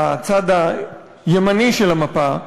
הצד הימני של המפה,